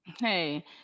Hey